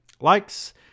Likes